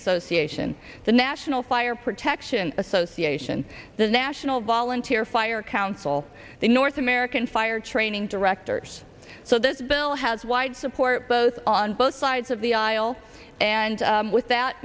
association the national fire protection association the national volunteer fire council the north american fire training directors so this bill has wide support both on both sides of the aisle and with that